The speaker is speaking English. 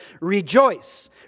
rejoice